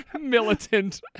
militant